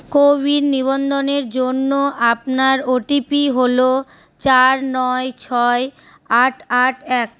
CoWIN নিবন্ধনের জন্য আপনার ওটিপি হলো চার নয় ছয় আট আট এক